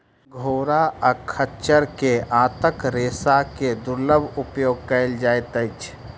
घोड़ा आ खच्चर के आंतक रेशा के दुर्लभ उपयोग कयल जाइत अछि